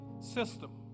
system